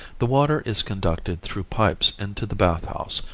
the water is conducted through pipes into the bath house,